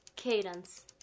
Cadence